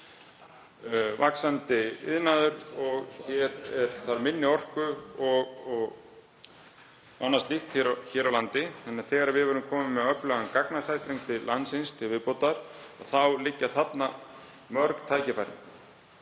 vaxandi iðnaður og hér þarf minni orku og annað slíkt. Þegar við verðum komin með öflugan gagnasæstreng til landsins til viðbótar þá liggja þarna mörg tækifæri.